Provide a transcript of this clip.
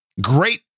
great